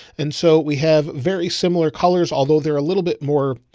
and so we have very similar colors, although they're a little bit more,